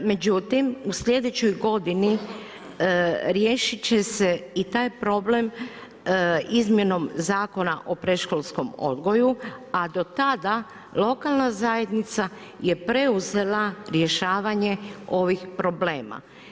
Međutim, u slijedećoj godini riješiti će se i taj problem izmjenom Zakona o predškolskom odgoju, a do tada lokalna zajednica je preuzela rješavanje ovih problema.